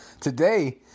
Today